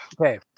Okay